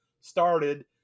started